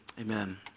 Amen